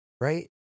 right